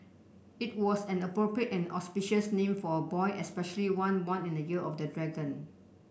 it was an appropriate and auspicious name for a boy especially one born in the year of the dragon